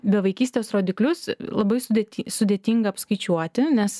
bevaikystės rodiklius labai sudėti sudėtinga apskaičiuoti nes